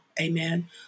Amen